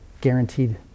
guaranteed